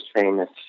famous